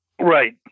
Right